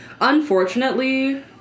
unfortunately